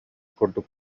курдук